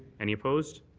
any opposed?